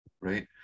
right